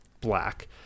black